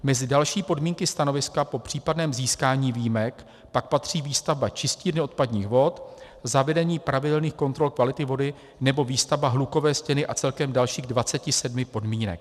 Mezi další podmínky stanoviska po případném získání výjimek pak patří výstavba čistírny odpadních vod, zavedení pravidelných kontrol kvality vody nebo výstavba hlukové stěny a celkem dalších 27 podmínek.